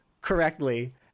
correctly